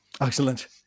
Excellent